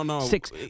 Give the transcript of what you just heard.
six